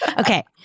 Okay